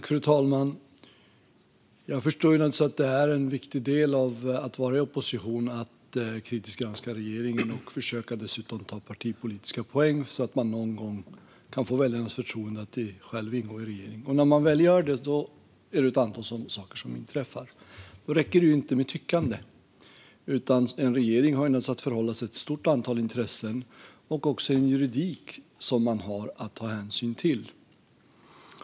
Fru talman! Jag förstår naturligtvis att en viktig del i att vara i opposition är att kritiskt granska regeringen och dessutom försöka ta partipolitiska poäng så att man någon gång kan få väljarnas förtroende att själv ingå i en regering. När man väl gör det är det ett antal saker som inträffar. Det räcker då inte med tyckanden. En regering har att förhålla sig till ett stort antal intressen. Man har också en juridik att ta hänsyn till.